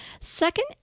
Second